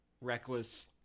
reckless